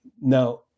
Now